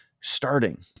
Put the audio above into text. starting